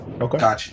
okay